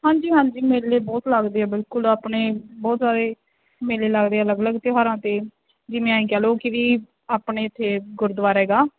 ਹਾਂਜੀ ਹਾਂਜੀ ਮੇਲੇ ਬਹੁਤ ਲੱਗਦੇ ਹੈ ਬਿਲਕੁਲ ਆਪਣੇ ਬਹੁਤ ਸਾਰੇ ਮੇਲੇ ਲੱਗਦੇ ਹੈ ਅਲੱਗ ਅਲੱਗ ਤਿਉਹਾਰਾਂ 'ਤੇ ਜਿਵੇਂ ਆਏਂ ਕਹਿ ਲਉ ਕਿ ਵੀ ਆਪਣੇ ਇੱਥੇ ਗੁਰਦੁਆਰਾ ਹੈਗਾ